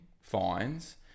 fines